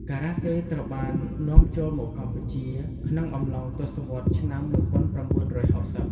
ការ៉ាតេត្រូវបាននាំចូលមកកម្ពុជាក្នុងអំឡុងទសវត្សរ៍ឆ្នាំ១៩៦០។